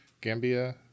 Gambia